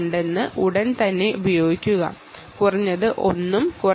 minimum 1 ഉം minimum 2 ഉം